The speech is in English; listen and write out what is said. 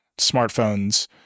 smartphones